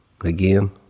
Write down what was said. again